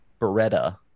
Beretta